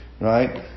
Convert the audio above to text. right